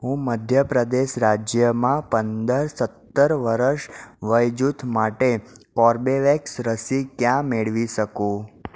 હું મધ્ય પ્રદેશ રાજ્યમાં પંદર સત્તર વર્ષ વયજૂથ માટે કોર્બેવેક્સ રસી ક્યાં મેળવી શકું